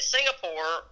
Singapore